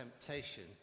temptation